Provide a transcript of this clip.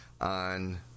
On